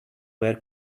where